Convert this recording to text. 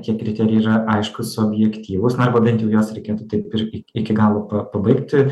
tie kriterijai yra aiškūs objektyvūs na arba bent jau juos reikėtų taip ir iki galo pa pabaigti